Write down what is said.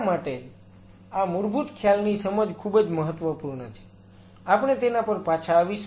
એટલા માટેજ આ મૂળભૂત ખ્યાલની સમજ ખૂબ જ મહત્વપૂર્ણ છે આપણે તેના પર પાછા આવીશું